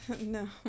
No